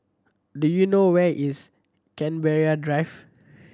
do you know where is Canberra Drive